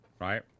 right